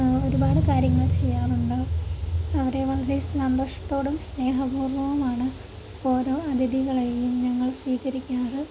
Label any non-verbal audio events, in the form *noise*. ഒരുപാട് കാര്യങ്ങൾ ചെയ്യാറുണ്ട് അവരെ *unintelligible* സന്തോഷത്തോടും സ്നേഹപൂർവ്വവുമാണ് ഓരോ അതിഥികളെയും ഞങ്ങൾ സ്വീകരിക്കാറ്